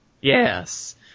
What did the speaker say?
Yes